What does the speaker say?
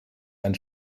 ein